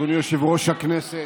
יושב-ראש הכנסת,